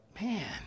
man